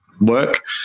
work